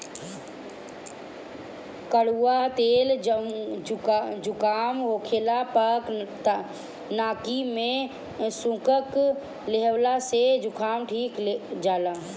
कड़ुआ तेल जुकाम होखला पअ नाकी में सुरुक लिहला से जुकाम ठिका जाला